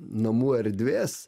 namų erdvės